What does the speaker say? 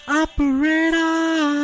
operator